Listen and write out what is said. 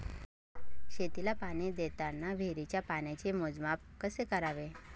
शेतीला पाणी देताना विहिरीच्या पाण्याचे मोजमाप कसे करावे?